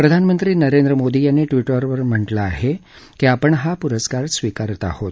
प्रधानमंत्री नरेंद्र मोदी यांनी ट्विटरवर म्हटलं आहे की आपण हा प्रस्कार स्वीकारत आहोत